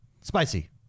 Spicy